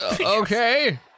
Okay